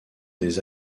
des